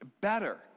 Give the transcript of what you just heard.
better